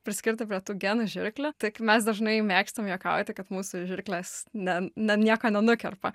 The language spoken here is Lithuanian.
priskirti prie tų genų žirklių tik mes dažnai mėgstam juokauti kad mūsų žirklės ne ne nieko nenukerpa